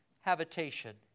habitation